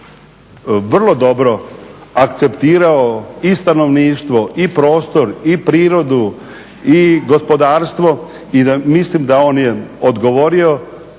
vrlo dobro akceptirao i stanovništvo i prostor i prirodu i gospodarstvo i da mislim da on je odgovorio